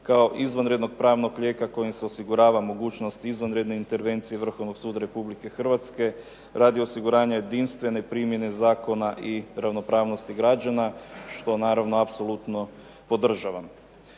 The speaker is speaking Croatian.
kao izvanrednog pravnog lijeka kojim se osigurava mogućnost izvanredne intervencije Vrhovnog suda RH radi osiguranja jedinstvene primjene zakona i ravnopravnosti građana. Što naravno apsolutno podržavam.